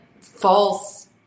false